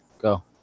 Go